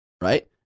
right